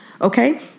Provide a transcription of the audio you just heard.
Okay